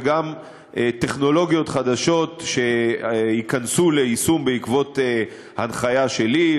וגם טכנולוגיות חדשות שייכנסו ליישום בעקבות הנחיה שלי,